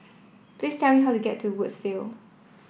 please tell me how to get to Woodsville